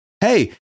Hey